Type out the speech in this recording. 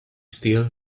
still